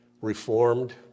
reformed